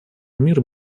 мир